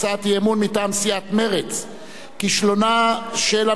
מרצ: כישלונה של הממשלה בתחום המדיני,